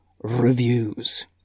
reviews